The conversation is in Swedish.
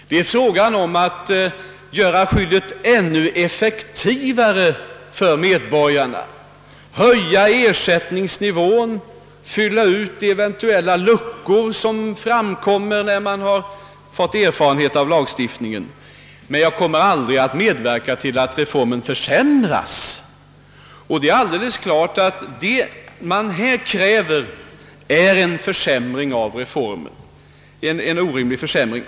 Det har varit fråga om att göra skyddet effektivare för medborgarna, att höja ersättningsnivån och att fylla ut eventuella luckor som visat sig när vi fått erfarenhet av lagstiftningen. Jag kommer dock aldrig att medverka till att reformen försämras, och det är alldeles klart att vad som här krävs utgör en orimlig försämring.